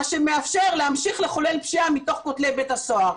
מה שמאפשר להמשיך לחולל פשיעה מתוך כותלי בית הסוהר.